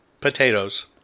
potatoes